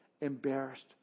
embarrassed